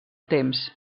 temps